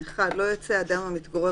אנחנו הסכמנו להצעה של הייעוץ המשפטי של הוועדה